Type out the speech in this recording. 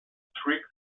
strict